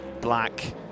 black